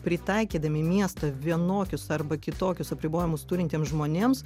pritaikydami miestą vienokius arba kitokius apribojimus turintiems žmonėms